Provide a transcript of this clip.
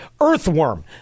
Earthworm